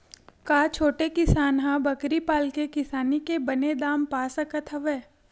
का छोटे किसान ह बकरी पाल के किसानी के बने दाम पा सकत हवय?